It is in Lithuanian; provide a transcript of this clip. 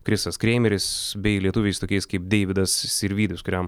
krisas kreimeris bei lietuviais tokiais kaip deividas sirvydis kuriam